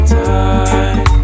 time